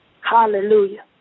Hallelujah